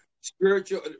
spiritual